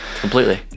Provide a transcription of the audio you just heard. completely